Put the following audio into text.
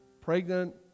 pregnant